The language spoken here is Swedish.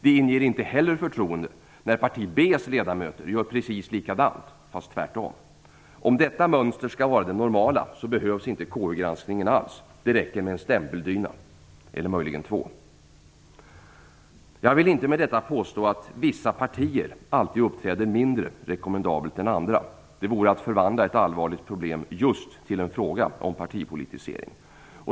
Det inger inte heller förtroende när parti B:s ledamöter gör precis likadant, fast tvärtom. Om detta mönster skall vara det normala, behövs inte KU-granskningen alls. Det räcker i så fall med en stämpeldyna eller möjligen två. Jag vill inte med detta påstå att vissa partier alltid uppträder mindre rekommendabelt än andra. Det vore att förvandla ett allvarligt problem just till en fråga om partipolitisering.